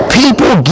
people